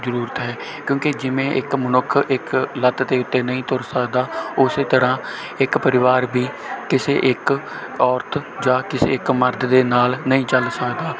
ਜ਼ਰੂਰਤ ਹੈ ਕਿਉਂਕਿ ਜਿਵੇਂ ਇੱਕ ਮਨੁੱਖ ਇੱਕ ਲੱਤ ਦੇ ਉੱਤੇ ਨਹੀਂ ਤੁਰ ਸਕਦਾ ਉਸ ਤਰ੍ਹਾਂ ਇੱਕ ਪਰਿਵਾਰ ਵੀ ਕਿਸੇ ਇੱਕ ਔਰਤ ਜਾਂ ਕਿਸੇ ਇੱਕ ਮਰਦ ਦੇ ਨਾਲ ਨਹੀਂ ਚੱਲ ਸਕਦਾ